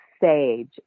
sage